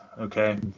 okay